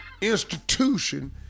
institution